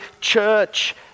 church